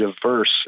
diverse